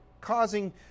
causing